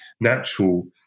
natural